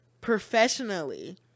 professionally